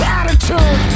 attitude